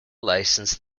licensed